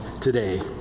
today